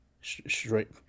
Straight